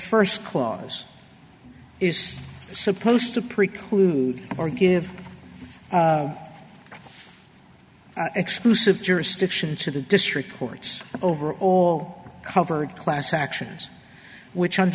first clause is supposed to preclude or give exclusive jurisdiction to the district court's over all covered class actions which